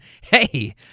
hey